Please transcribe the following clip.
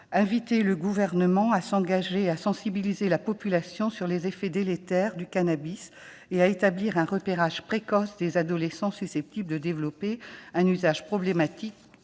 que le Gouvernement s'engage à sensibiliser la population sur les effets délétères du cannabis et à établir un repérage précoce des adolescents susceptibles de développer un usage problématique